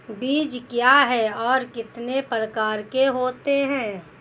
बीज क्या है और कितने प्रकार के होते हैं?